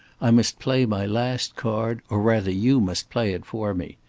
i must play my last card, or rather you must play it for me.